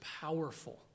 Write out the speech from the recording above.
powerful